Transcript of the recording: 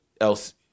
else